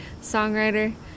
songwriter